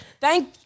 Thank